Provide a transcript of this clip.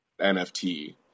NFT